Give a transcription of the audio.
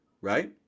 right